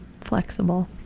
flexible